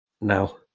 Now